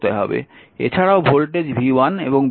এছাড়াও voltage v1 এবং v2 এর মানও নির্ণয় করতে হবে